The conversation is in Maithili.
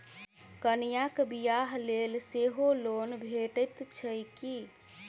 कन्याक बियाह लेल सेहो लोन भेटैत छैक की?